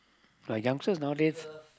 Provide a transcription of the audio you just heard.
like youngster now days